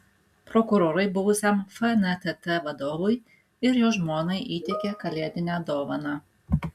prokurorai buvusiam fntt vadovui ir jo žmonai įteikė kalėdinę dovaną